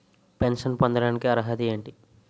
Pension పొందడానికి అర్హత ఏంటి?